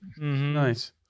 Nice